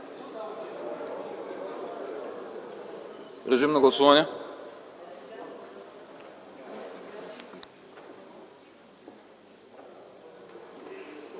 режим на гласуване.